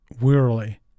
Wearily